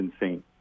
insane